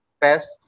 best